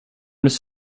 this